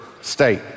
state